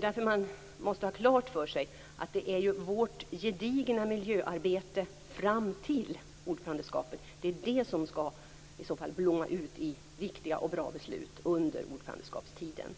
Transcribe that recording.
Därför måste man ha klart för sig att det är vårt gedigna miljöarbete fram till ordförandeskapet som skall blomma ut i viktiga och bra beslut under ordförandeskapstiden.